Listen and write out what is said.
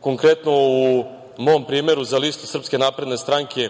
konkretno u mom primeru za listu SNS koja se